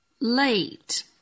late